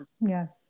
Yes